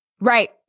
Right